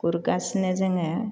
गुरगासिनो जोङो